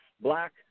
black